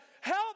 help